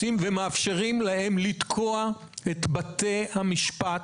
ומאפשרת להם לתקוע את בתי המשפט,